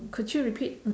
could you repeat